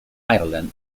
ireland